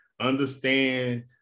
understand